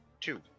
two